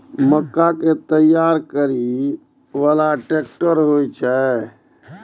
मक्का कै तैयार करै बाला ट्रेक्टर होय छै?